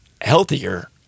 healthier